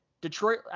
Detroit